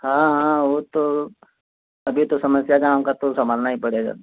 हाँ हाँ वो तो अभी तो समस्या गाँव का तो संभालना ही पड़ेगा